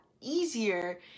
easier